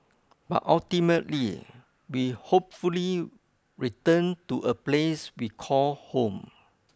but ultimately we hopefully return to a place we call home